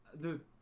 dude